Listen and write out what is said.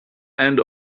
and